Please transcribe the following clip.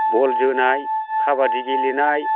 बल जोनाय खाबादि गेलेनाय